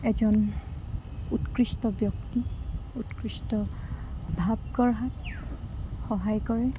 এজন উৎকৃষ্ট ব্যক্তি উৎকৃষ্ট ভাৱ গঢ়াত সহায় কৰে